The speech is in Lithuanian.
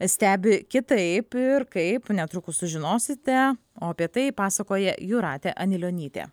stebi kitaip ir kaip netrukus sužinosite o apie tai pasakoja jūratė anilionytė